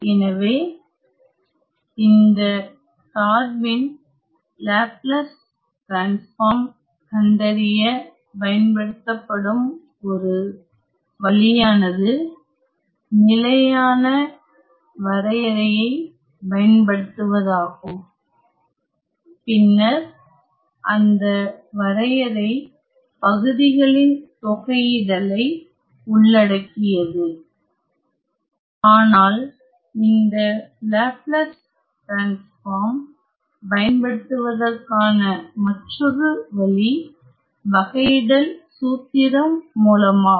எனவே இந்த சார்பின் லேப்லஸ் டிரான்ஸ்பார்ம் கண்டறிய பயன்படுத்தப்படும் ஒரு வழியானது நிலையான வரையறையை பயன்படுத்துவதாகும் பின்னர் அந்த வரையறை பகுதிகளின் தொகையிடல் ஐ உள்ளடக்கியது ஆனால் இந்த லேப்லஸ் டிரான்ஸ்பார்ம் பயன்படுத்துவதற்கான மற்றொரு வழி வகையிடல் சூத்திரம் மூலமாகும்